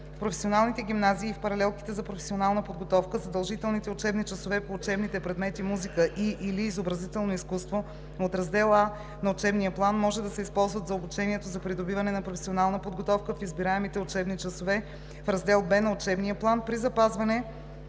В професионалните гимназии и в паралелките за професионална подготовка задължителните учебни часове по учебните предмети музика и/или изобразително изкуство от раздел А на учебния план може да се използват за обучението за придобиване на професионална подготовка в избираемите учебни часове в раздел Б на учебния план при запазване